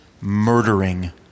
murdering